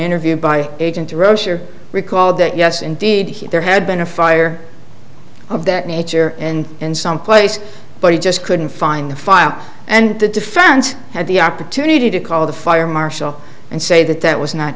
interviewed by agents rocher recalled that yes indeed he there had been a fire of that nature and in some place but he just couldn't find the file and the defense had the opportunity to call the fire marshal and say that that was not